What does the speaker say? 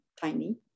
Tiny